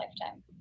lifetime